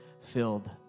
filled